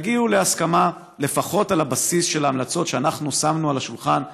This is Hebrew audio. תגיעו להסכמה לפחות על בסיס ההמלצות שאנחנו שמנו על השולחן,